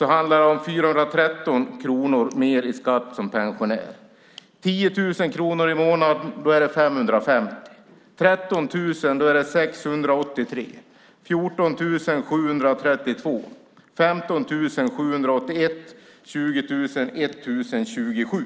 handlar det om 413 kronor mer i skatt som pensionär, med en inkomst på 10 000 kronor i månaden är det 550 kronor, med 13 000 kronor i inkomst 683 kronor, med 14 000 kronor i inkomst 732 kronor, med 15 000 kronor i inkomst 781 kronor och med 20 000 kronor i inkomst är det 1 027 kronor mer i skatt.